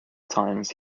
times